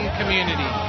community